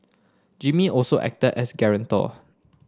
Jimmy also acted as guarantor